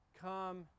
come